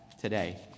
today